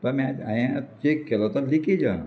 तो आमी आयज हांयें चॅक केलो तो लिकेज आहा